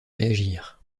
réagir